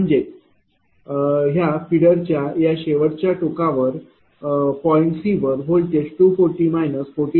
म्हणजेच ह्या फिडरच्या या शेवटच्या टोकावर पॉईंट C वर व्होल्टेज 240 14